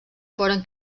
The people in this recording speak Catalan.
foren